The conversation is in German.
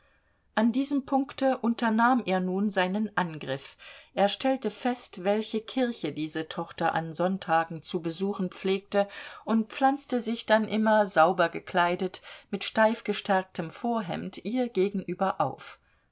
an diesem punkte unternahm er nun seinen angriff er stellte fest welche kirche diese tochter an sonntagen zu besuchen pflegte und pflanzte sich dann immer sauber gekleidet mit steif gestärktem vorhemd ihr gegenüber auf